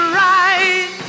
right